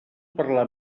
parlar